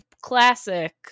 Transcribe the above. classic